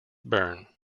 burn